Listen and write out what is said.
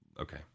Okay